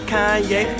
Kanye